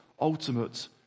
ultimate